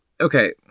Okay